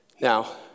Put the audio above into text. Now